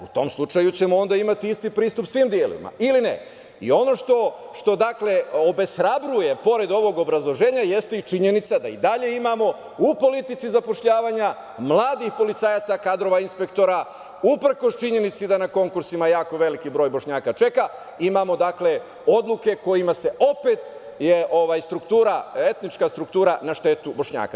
U tom slučaju ćemo onda imati isti pristup svim delima ili ne, i ono što obeshrabruje pored ovog obrazloženja jeste i činjenica da i dalje imamo u politici zapošljavanja mladih policajaca, kadrova, inspektora, uprkos činjenici da na konkursima jako veliki broj Bošnjaka čeka, imamo odluke u kojima je etnička struktura na štetu Bošnjaka.